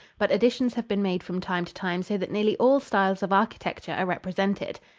but additions have been made from time to time so that nearly all styles of architecture are represented.